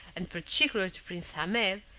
and particularly to prince ahmed,